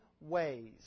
ways